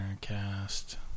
Cast